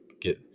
get